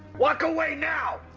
walk away now!